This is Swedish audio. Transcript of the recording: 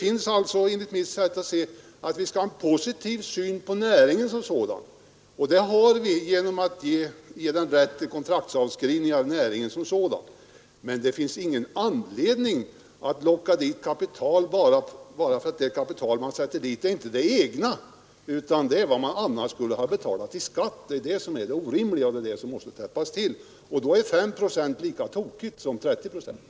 Enligt mitt sätt att se skall vi ha en positiv syn på näringen som sådan, och det har vi genom att ge näringen rätt till kontraktsavskrivningar. Men det finns ingen anledning att locka dit kapital, som inte är egna pengar utan vad man annars skulle ha betalat i skatt. Det är det som är det orimliga, och det är den möjligheten som måste täppas till — och då är 5 procent lika tokigt som 30 procent.